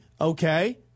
Okay